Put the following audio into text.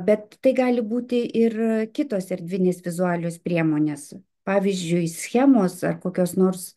bet tai gali būti ir kitos erdvinės vizualios priemonės pavyzdžiui schemos ar kokios nors